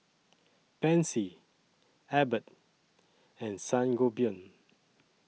Pansy Abbott and Sangobion